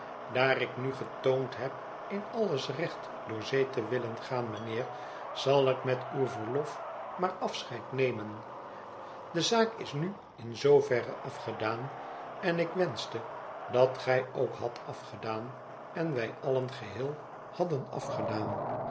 daar ik nu getoond heb in alles recht door zee te willen gaan mijnheer zal ik met uw verlof maar afscheid nemen de zaak is nu in zooverre afgedaan en ik wenschte dat gij ook hadt afgedaan en wij allen geheel hadden afgedaan